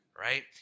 right